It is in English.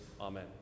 Amen